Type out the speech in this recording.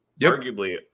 arguably